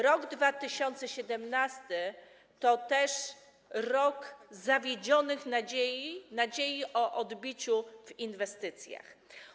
Rok 2017 był też rokiem zawiedzionych nadziei, nadziei na odbicie w inwestycjach.